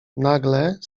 nagle